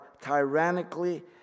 tyrannically